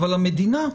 אבל המדינה,